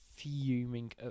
Fuming